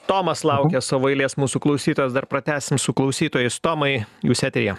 tomas laukia savo eilės mūsų klausytojas dar pratęsim su klausytojais tomai jūs eteryje